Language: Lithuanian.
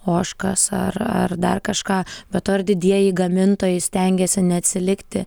ožkas ar ar dar kažką be to ir didieji gamintojai stengiasi neatsilikti